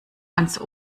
ans